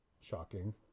Shocking